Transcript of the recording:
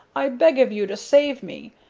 i beg of you to save me.